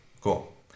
Cool